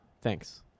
thanks